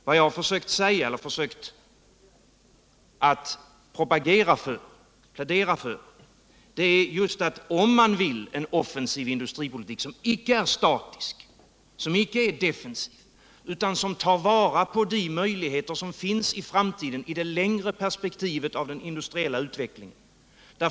Vad jag har försökt plädera för är en offensiv politik, som inte är statisk eller defensiv utan som tar vara på de möjligheter som finns i det längre perspektivet av den industriella utvecklingen.